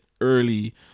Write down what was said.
early